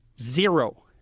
zero